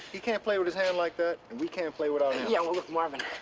he can't play with his hand like that and we can't play without him. yeah well look marvin,